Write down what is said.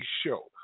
show